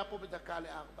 הוא היה כאן כבר בדקה ל-16:00.